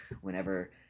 whenever